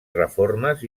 reformes